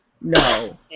no